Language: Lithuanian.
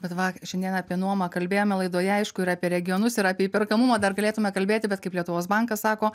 bet va šiandien apie nuomą kalbėjome laidoje aišku ir apie regionus ir apie įperkamumą dar galėtume kalbėti bet kaip lietuvos bankas sako